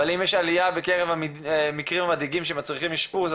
אבל אם יש עלייה בקרב המקרים המדאיגים שמצריכים אשפוז,